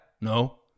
No